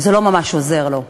וזה לא ממש עוזר לו.